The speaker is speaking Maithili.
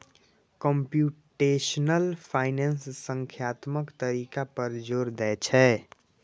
कंप्यूटेशनल फाइनेंस संख्यात्मक तरीका पर जोर दै छै